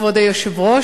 כבוד היושב-ראש,